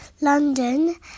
London